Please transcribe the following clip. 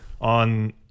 on